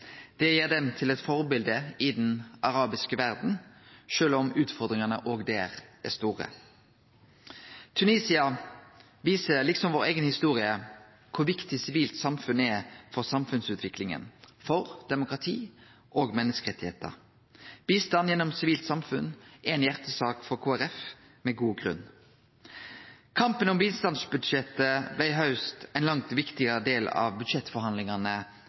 Det gjer dei til forbilde i den arabiske verda, sjølv om utfordringane òg der er store. Tunisia viser – liksom vår eiga historie – kor viktig sivilt samfunn er for samfunnsutvikling, for demokrati og for menneskerettar. Bistand gjennom sivilt samfunn er ei hjartesak for Kristeleg Folkeparti – med god grunn. Kampen om bistandsbudsjettet blei i haust ein langt viktigare del av budsjettforhandlingane